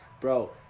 Bro